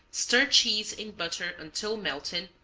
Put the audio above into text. stir cheese in butter until melted,